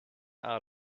out